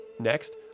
Next